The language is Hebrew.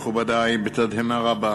מכובדי, בתדהמה רבה